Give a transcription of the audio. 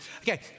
Okay